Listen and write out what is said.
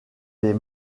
des